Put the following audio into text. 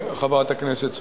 חברת הכנסת סולודקין,